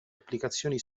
applicazioni